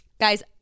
Guys